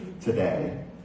today